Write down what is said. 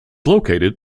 located